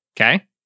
Okay